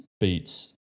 beats